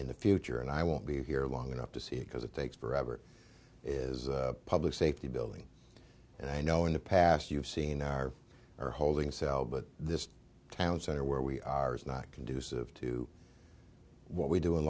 in the future and i won't be here long enough to see it because it takes forever it is a public safety building and i know in the past you've seen our or holding cell but this town center where we are is not conducive to what we do